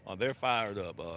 ah they're fired up.